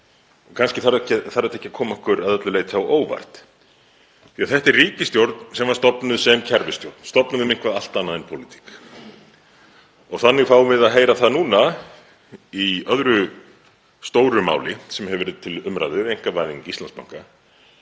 Kannski þarf þetta ekki að koma okkur að öllu leyti á óvart því þetta er ríkisstjórn sem var stofnuð sem kerfisstjórn, stofnuð um eitthvað allt annað en pólitík. Þannig fáum við að heyra það núna í öðru stóru máli sem hefur verið til umræðu, einkavæðing Íslandsbanka,